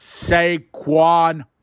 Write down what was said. Saquon